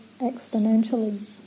exponentially